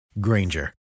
Granger